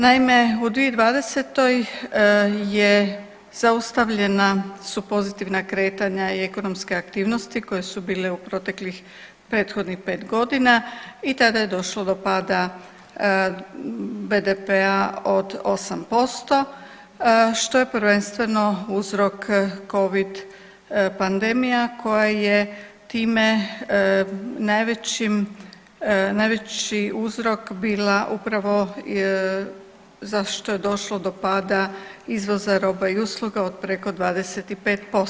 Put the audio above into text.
Naime, u 2020. je zaustavljena su pozitivna kretanja i ekonomske aktivnosti koje su bile u proteklih prethodnih 5 godina i tada je došlo do pada BDP-a od 8% što je prvenstveno uzrok Covid pandemija koja je time najvećim, najveći uzrok bila zašto je došlo do pada izvoza roba i usluga od preko 25%